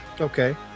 Okay